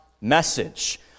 message